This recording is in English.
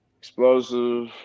explosive